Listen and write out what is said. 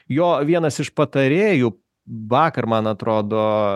jo vienas iš patarėjų vakar man atrodo